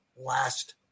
last